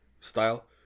style